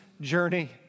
Journey